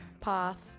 path